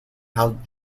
held